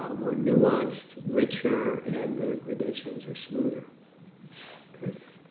more nuanced, richer, and the gradations are smoother because,